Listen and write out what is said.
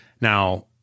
Now